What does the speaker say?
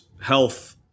health